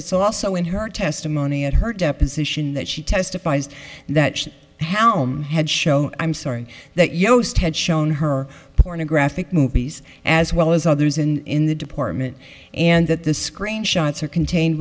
it's also in her testimony at her deposition that she testifies that hallam had show i'm sorry that yost had shown her pornographic movies as well as others in the department and that the screen shots are contained